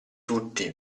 tutti